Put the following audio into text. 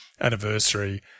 anniversary